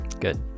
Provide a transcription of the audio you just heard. Good